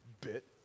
bit